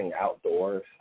outdoors